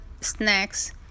snacks